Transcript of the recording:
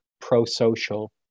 pro-social